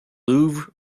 louvre